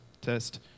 test